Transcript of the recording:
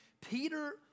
Peter